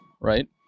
right